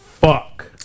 fuck